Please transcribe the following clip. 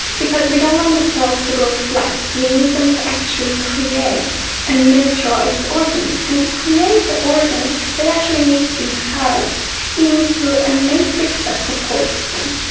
because we don't want the cells to go flat, we need them to actually create a miniaturised organ. and to create the organ they actually need to be housed into a matrix that supports them.